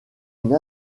une